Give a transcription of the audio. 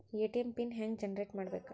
ATM PIN ಹೆಂಗ್ generate ಮಾಡಬೇಕು?